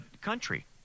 country